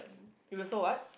you also what